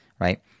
right